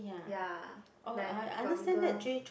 ya like got people